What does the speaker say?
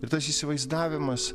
ir tas įsivaizdavimas